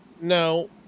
no